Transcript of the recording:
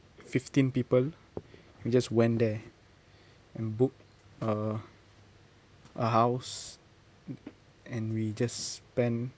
fifteen people we just went there and book a a house and we just spend